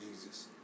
Jesus